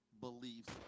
beliefs